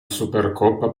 supercoppa